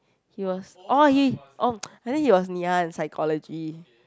he was oh he oh I think he was Ngee-Ann psychology